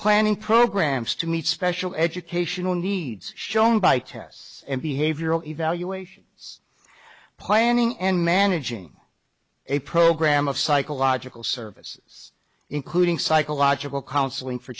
planning programs to meet special educational needs shown by tests and behavioral evaluations planning and managing a program of psychological services including psychological counseling for